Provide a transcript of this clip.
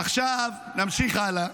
עכשיו נמשיך הלאה.